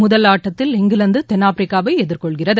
முதல் ஆட்டத்தில் இங்கிலாந்து தென்னாப்பிரிக்காவை எதிர்கொள்கிறது